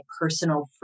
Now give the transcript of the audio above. personal